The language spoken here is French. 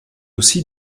aussi